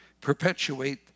perpetuate